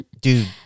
Dude